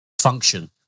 function